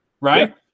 Right